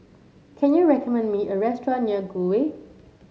can you recommend me a restaurant near Gul Way